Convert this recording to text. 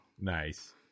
Nice